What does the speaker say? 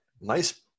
nice